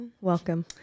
Welcome